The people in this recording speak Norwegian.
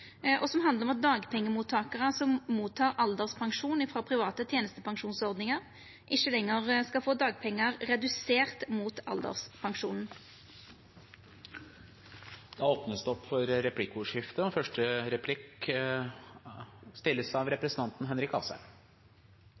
og som handlar om at dagpengemottakarar som får alderspensjon frå private tenestepensjonsordningar, ikkje lenger skal få dagpengar reduserte mot alderspensjonen. Det blir replikkordskifte. Diskusjonen om feriepenger på dagpenger er for så vidt grei, og